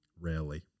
rarely